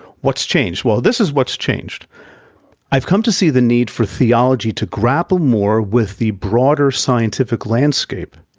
what's changed? well, this is what's changed i have come to see the need for theology to grapple more with the broader scientific landscape.